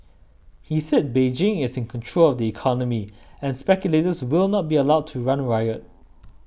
he said Beijing is in control of the economy and speculators will not be allowed to run riot